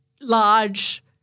large